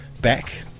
back